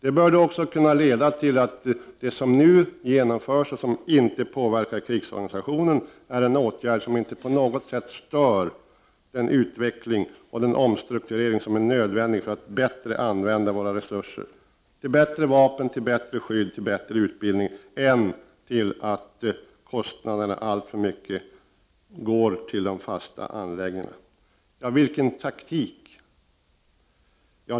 Det bör också kunna leda till att det som nu genomförs och som inte påverkar krigsorganisationen är en åtgärd som inte på något sätt stör den utveckling och omstrukturering som är nödvändig för att bättre använda våra resurser till bättre vapen, bättre skydd och bättre utbildning än till att låta kostnaderna alltför mycket gå till de fasta anläggningarna. Vilken taktik?